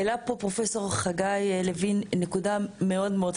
העלה פה פרופ' חגי לוין נקודה חשובה מאוד-מאוד,